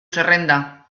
zerrenda